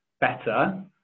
better